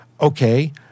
okay